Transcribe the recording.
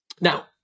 Now